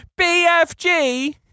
BFG